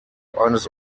eines